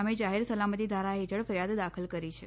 સામે જાહેર સલામતી ધારા હેઠળ ફરિયાદ દાખલ કરી છે